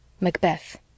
Macbeth